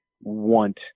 want